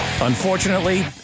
Unfortunately